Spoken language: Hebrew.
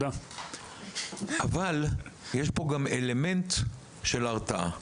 אבל יש פה גם אלמנט של הרתעה,